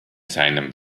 seinem